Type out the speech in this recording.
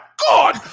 god